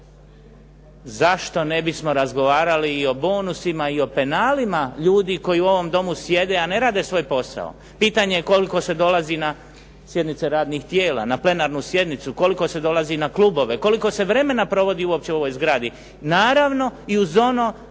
zašto ne bismo razgovarali i o bonusima i o penalima ljudi koji u ovom Domu sjede, a ne rade svoj posao? Pitanje je koliko se dolazi na sjednice radnih tijela, na plenarnu sjednicu? Koliko se dolazi na klubove? Koliko se vremena provodi uopće u ovoj zgradi? Naravno, i uz ono